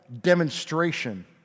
demonstration